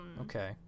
okay